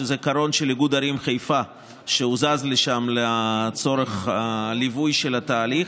שזה קרון של איגוד ערים חיפה שהוזז לשם לצורך ליווי של התהליך,